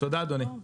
תודה אדוני.